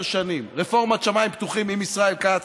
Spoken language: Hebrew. שנים: רפורמת שמיים פתוחים עם ישראל כץ,